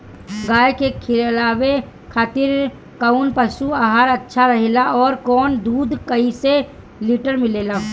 गाय के खिलावे खातिर काउन पशु आहार अच्छा रहेला और ओकर दुध कइसे लीटर मिलेला?